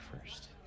first